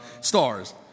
stars